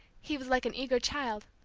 he was like an eager child.